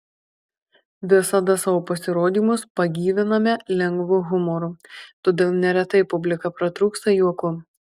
visada savo pasirodymus pagyviname lengvu humoru todėl neretai publika pratrūksta juoku